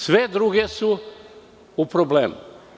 Sve druge su u problemu.